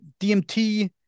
DMT